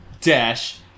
dash